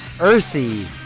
earthy